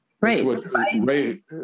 Right